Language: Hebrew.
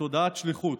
ותודעת שליחות.